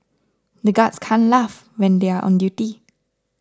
the guards can't laugh when they are on duty